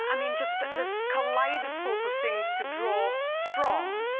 i mean, just this kaleidoscope of things to draw from.